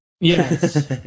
Yes